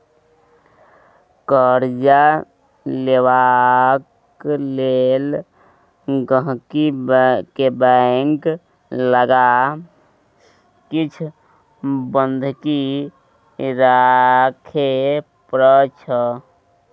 कर्जा लेबाक लेल गांहिकी केँ बैंक लग किछ बन्हकी राखय परै छै